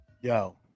Yo